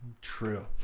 true